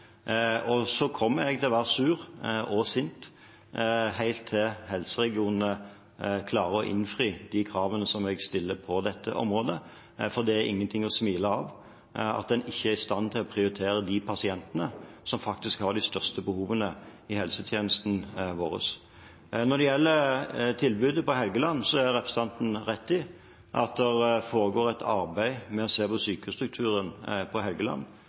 Så kommer jeg til å være sur og sint helt til helseregionene klarer å innfri de kravene som jeg stiller på dette området, for det er ingenting å smile av at man ikke er i stand til å prioritere de pasientene som faktisk har de største behovene i helsetjenesten vår. Når det gjelder tilbudet på Helgeland, har representanten rett i at det foregår et arbeid med å se på sykehusstrukturen